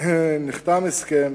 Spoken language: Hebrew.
נחתם הסכם